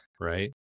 right